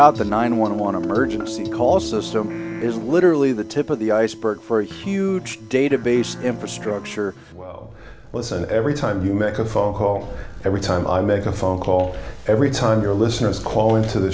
out the nine one want to emergency call system is literally the tip of the iceberg for a huge database infrastructure was and every time you make a phone call every time i make a phone call every time your listeners call into the